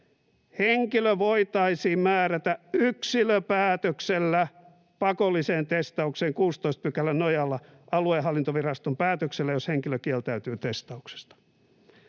”Henkilö voitaisiin määrätä yksilöpäätöksellä pakolliseen testaukseen 16 §:n nojalla aluehallintoviraston päätöksellä, jos henkilö kieltäytyy testauksesta.”